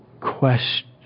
question